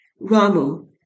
Ramu